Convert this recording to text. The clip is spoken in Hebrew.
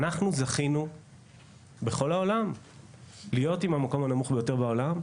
אנחנו זכינו בכל העולם להיות עם המקום הנמוך ביותר בעולם,